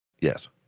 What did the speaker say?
Yes